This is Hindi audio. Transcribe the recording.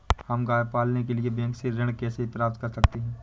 हम गाय पालने के लिए बैंक से ऋण कैसे प्राप्त कर सकते हैं?